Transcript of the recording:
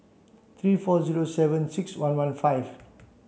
three four zero seven six one one five